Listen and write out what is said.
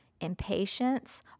impatience